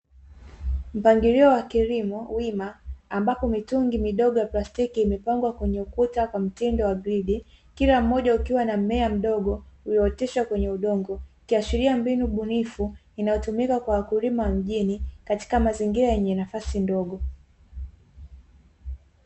Mpangilio wa kilimo wima ambapo mitungi midogo ya plastiki imepangwa kwenye ukuta kwa mtindo wa gridi, kila mmoja ukiwa na mmea mdogo uliooteshwa kwenye udongo, ikiashiria mbinu bunifu inayotumika na wakulima mjini katika mazingira yenye nafasi ndogo.